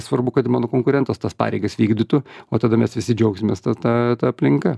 svarbu kad mano konkurentas tas pareigas vykdytų o tada mes visi džiaugsimės ta ta ta aplinka